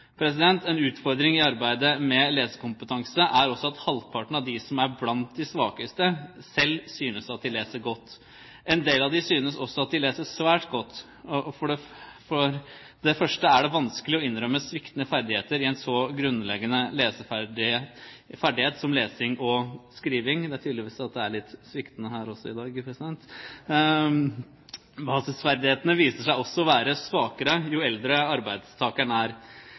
En utfordring i arbeidet med lesekompetanse er også at halvparten av dem som er blant de svakeste, selv synes de leser godt. En del av dem synes også at de leser svært godt. For det første er det vanskelig å innrømme sviktende ferdigheter i en så grunnleggende leseferdig, ferdighet som lesing og skriving …– den er tydeligvis litt sviktende for meg også i dag! Basisferdighetene viser seg også å være svakere jo eldre arbeidstakeren er.